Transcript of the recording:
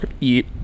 eat